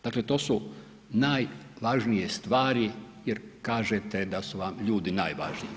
Dakle, to su najvažnije stvari jer kažete da su vam ljudi najvažniji.